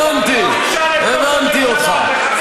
הבנתי אותך.